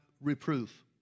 reproof